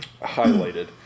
highlighted